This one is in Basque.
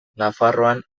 nafarroan